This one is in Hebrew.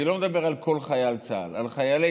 אני לא מדבר על כל חייל צה"ל אלא על חיילי